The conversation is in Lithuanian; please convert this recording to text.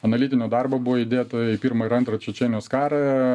analitinio darbo buvo įdėta į pirmą ir antrą čečėnijos karą